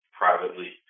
privately